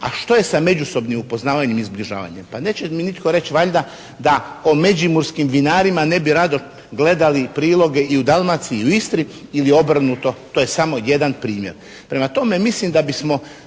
A što je sa međusobnim upoznavanjem i zbližavanjem? Pa neće mi nitko reći valjda da po međimurskim dinarima ne bi rado gledali priloge i u Dalmaciji i u Istri ili obrnuto. To je samo jedan primjer. Prema tome, mislim da bismo